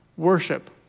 Worship